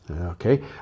okay